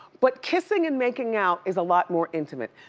but kissing and making out is a lot more intimate.